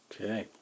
Okay